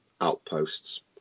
outposts